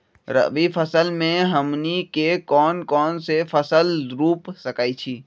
रबी फसल में हमनी के कौन कौन से फसल रूप सकैछि?